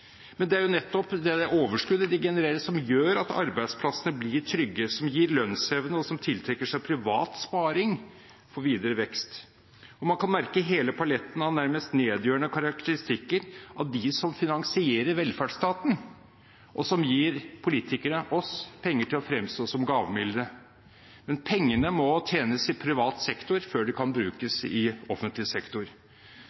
Men det er nettopp overskuddet de genererer, som gjør at arbeidsplassene blir trygge, som gir lønnsevne, og som tiltrekker seg privat sparing for videre vekst. Man kan merke hele paletten av nærmest nedgjørende karakteristikker av de som finansierer velferdsstaten, og som gir politikere – oss – penger til å fremstå som gavmilde. Men pengene må tjenes i privat sektor før de kan brukes